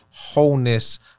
wholeness